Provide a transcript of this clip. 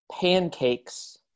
pancakes